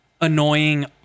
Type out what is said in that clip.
annoying